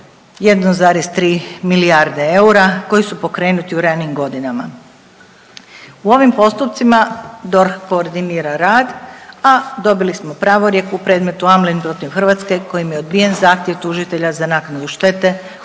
1,3 milijarde eura koji su pokrenuti u ranijim godinama. U ovim postupcima DORH koordinira rad, a dobili smo pravorijek u predmet Amlyn protiv Hrvatske kojim je odbijen zahtjev tužitelja za naknadu štete 81